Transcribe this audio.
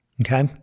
Okay